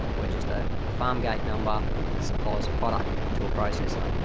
we're just ah a farm gate number that supplies a product to a processor.